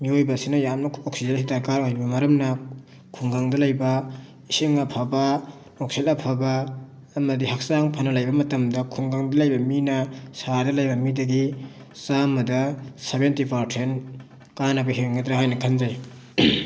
ꯃꯤꯑꯣꯏꯕ ꯑꯁꯤꯅ ꯌꯥꯝꯅ ꯑꯣꯛꯁꯤꯖꯦꯟ ꯑꯁꯤ ꯗꯔꯀꯥꯔ ꯑꯣꯏꯕ ꯃꯔꯝꯅ ꯈꯨꯡꯒꯪꯗ ꯂꯩꯕ ꯏꯁꯤꯡ ꯑꯐꯕ ꯅꯨꯡꯁꯤꯠ ꯑꯐꯕ ꯑꯃꯗꯤ ꯍꯛꯆꯥꯡ ꯐꯅ ꯂꯩꯕ ꯃꯇꯝꯗ ꯈꯨꯡꯒꯪꯗ ꯂꯩꯕ ꯃꯤꯅ ꯁꯍꯔꯗ ꯂꯩꯕ ꯃꯤꯗꯒꯤ ꯆꯥꯝꯃꯗ ꯁꯕꯦꯟꯇꯤ ꯄꯥꯔꯁꯦꯟ ꯀꯥꯟꯅꯕ ꯍꯦꯟꯒꯗ꯭ꯔꯥ ꯍꯥꯏꯅ ꯈꯟꯖꯩ